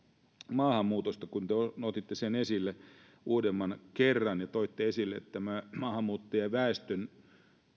maahanmuutosta kun te otitte sen esille uudemman kerran ja toitte esille maahanmuuttajaväestön